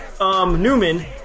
Newman